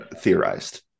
theorized